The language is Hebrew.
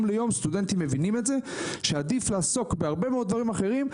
מיום ליום סטודנטים מבינים את זה שעדיף לעסוק בהרבה מאוד דברים אחרים.